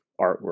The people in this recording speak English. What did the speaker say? artwork